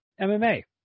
mma